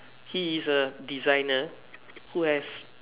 he is a designer who has